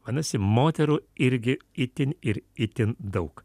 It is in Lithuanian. vadinasi moterų irgi itin ir itin daug